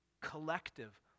collective